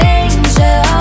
angel